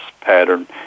pattern